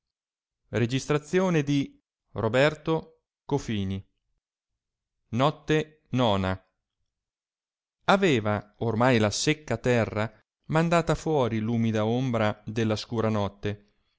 fine della ottava notte notte nona aveva ormai la secca terra mandata fuori l'umida ombra della scura notte